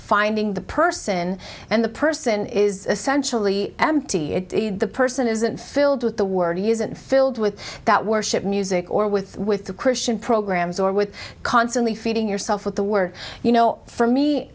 finding the person and the person is essentially empty if the person isn't filled with the word he isn't filled with that worship music or with with the christian programs or with constantly feeding yourself with the word you know for me